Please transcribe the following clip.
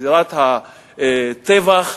בזירת הטבח,